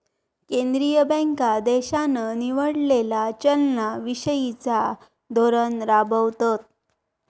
केंद्रीय बँका देशान निवडलेला चलना विषयिचा धोरण राबवतत